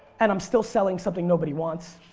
and i'm still selling something nobody wants.